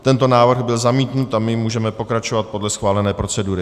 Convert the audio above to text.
Tento návrh byl zamítnut a my můžeme pokračovat podle schválené procedury.